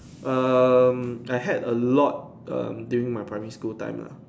um I had a lot um during my primary school time lah